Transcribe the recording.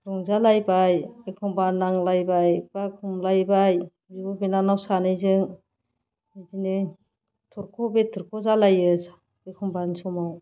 रंजालायबाय एखनबा नांलायबाय एबा खमलायबाय बिब' बिनानाव सानैजों बिदिनो थरख' बिथरख' जालायो एखनबानि समाव